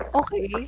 okay